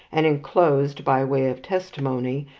and enclosed, by way of testimony,